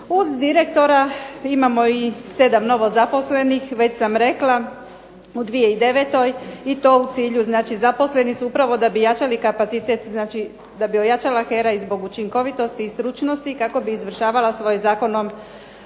Uz direktora imamo i 7 novo zaposlenih, već sam rekla u 2009., i to u cilju znači zaposleni su upravo da bi jačali kapacitet, znači da bi ojačala HERA i zbog učinkovitosti i stručnosti kako bi izvršavala svoje zakonom